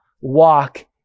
walk